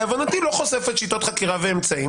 להבנתי, לא חושפת שיטות חקירה ואמצעים.